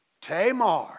Tamar